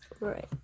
right